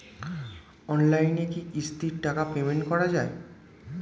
অনলাইনে কি কিস্তির টাকা পেমেন্ট করা যায়?